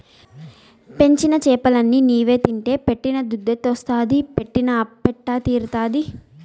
పెంచిన చేపలన్ని నీవే తింటే పెట్టిన దుద్దెట్టొస్తాది పెట్టిన అప్పెట్ట తీరతాది